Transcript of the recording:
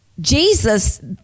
Jesus